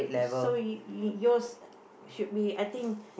so y~ y~ yours should be I think